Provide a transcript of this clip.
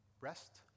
Rest